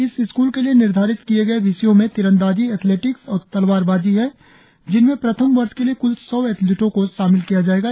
इस स्क्ल के लिए निर्धारित किए गए विषयों में तीरंदाजी एथलेटिक्स और तलवारबाजी है जिनमें प्रथम वर्ष के लिए कल सौ एथलीटों को शामिल किया जाएगा